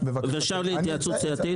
אפשר התייעצות סיעתית?